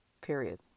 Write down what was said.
period